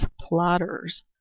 plotters